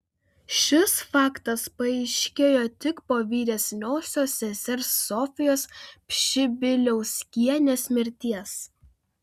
šis faktas paaiškėjo tik po vyresniosios sesers sofijos pšibiliauskienės mirties